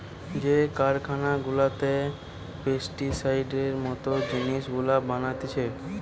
যে কারখানা গুলাতে পেস্টিসাইডের মত জিনিস গুলা বানাতিছে